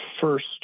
first